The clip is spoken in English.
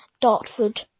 Dartford